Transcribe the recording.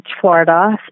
Florida